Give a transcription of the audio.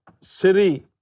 Siri